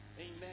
Amen